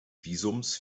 visums